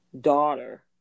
daughter